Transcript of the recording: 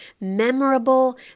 memorable